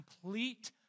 complete